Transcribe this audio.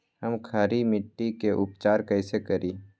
हम खड़ी मिट्टी के उपचार कईसे करी?